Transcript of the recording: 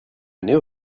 knew